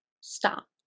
stop